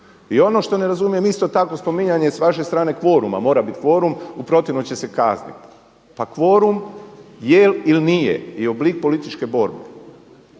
I ono što ne razumijem isto tako spominjanje s vaše strane kvoruma, mora biti kvorum u protivnom će se kazniti. Pa kvorum je ili nije oblik političke borbe